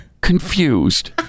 confused